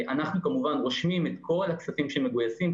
אנחנו כמובן רושמים את כל הכספים שמגויסים.